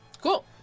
Cool